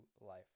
life